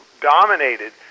dominated